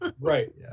Right